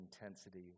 intensity